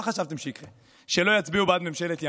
מה חשבתם שיקרה, שלא יצביעו בעד ממשלת ימין?